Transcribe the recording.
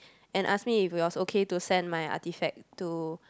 and ask me if it was okay to send my artifact to